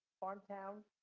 farm town,